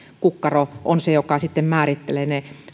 kukkaro on se joka määrittelee